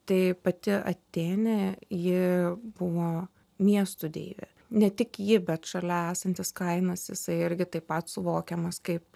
tai pati atėnė ji buvo miestų deivė ne tik ji bet šalia esantis kainas jisai irgi taip pat suvokiamas kaip